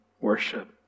worship